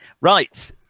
right